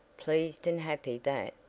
pleased and happy that,